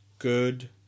Good